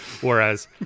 whereas